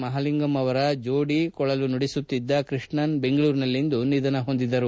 ಮಹಾಲಿಂಗಂ ಅವರ ಜೋಡಿ ಕೊಳಲು ನುಡಿಸುತ್ತಿದ್ದ ಕೃಷ್ಣನ್ ದೆಂಗಳೂರಿನಲ್ಲಿಂದು ನಿಧನ ಹೊಂದಿದರು